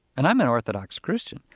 and i'm an orthodox christian.